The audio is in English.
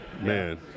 man